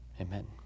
Amen